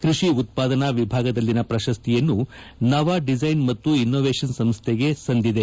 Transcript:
ಕೃಷಿ ಉತ್ಪಾದನಾ ವಿಭಾಗದಲ್ಲಿನ ಪ್ರಶಸ್ತಿಯನ್ನು ನವ ಡಿಸ್ತೆನ್ ಮತ್ತು ಇನೋವೇಷನ್ ಸಂಸ್ಥೆಗೆ ಸಂದಿದೆ